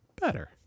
better